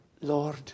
Lord